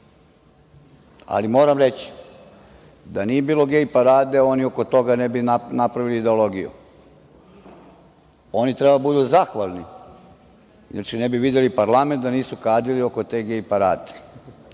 ali moram reći, da nije bilo gej parade oni ne bi napravili ideologiju. Oni treba da budu zahvalni, inače ne bi videli parlament da nisu kadili oko te gej parade. Moje